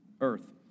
earth